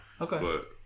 Okay